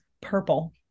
purple